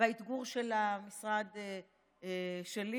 והאתגור של המשרד שלי,